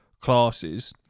classes